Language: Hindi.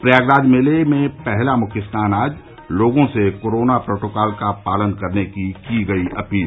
प्रयागराज माघ मेले में पहला मुख्य स्नान आज लोगों से कोरोना प्रोटाकॉल का पालन करने की की गई अपील